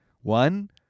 One